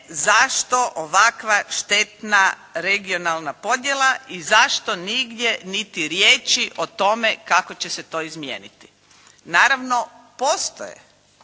zašto ovakva štetna regionalna podjela i zašto nigdje niti riječi o tome kako će se to izmijeniti. Naravno, postoje